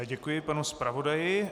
Děkuji panu zpravodaji.